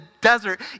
desert